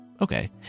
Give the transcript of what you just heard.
Okay